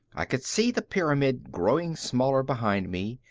i could see the pyramid growing smaller behind me,